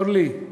אורלי,